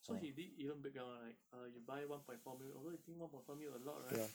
so he did even break down like uh you buy one point four mil although you think one point four mil alot right